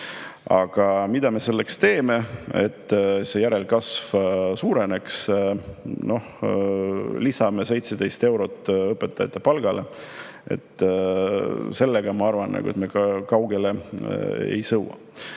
Aga mida me selleks teeme, et see järelkasv suureneks? Lisame 17 eurot õpetajate palgale. Sellega, ma arvan, me kaugele ei sõua.